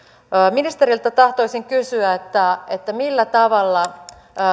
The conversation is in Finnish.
ministeriltä tahtoisin kysyä millä tavalla